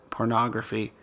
pornography